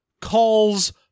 calls